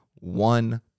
one